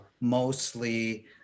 mostly